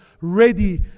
ready